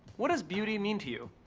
what does beauty mean to you?